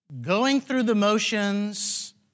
going-through-the-motions